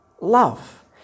love